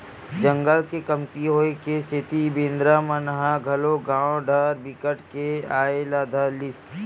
जंगल के कमती होए के सेती बेंदरा मन ह घलोक गाँव डाहर बिकट के आये ल धर लिस